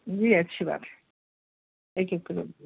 جی اچھی بات ہے ایک ایک کلو